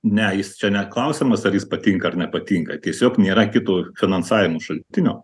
ne jis čia ne klausimas ar jis patinka ar nepatinka tiesiog nėra kito finansavimo šaltinio